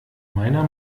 meiner